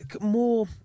more